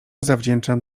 zawdzięczam